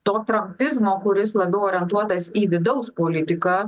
to trampizmo kuris labiau orientuotas į vidaus politiką